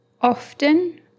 Often